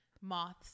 moths